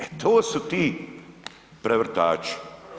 E to su ti prevrtači.